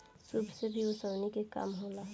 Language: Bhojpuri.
सूप से भी ओसौनी के काम होला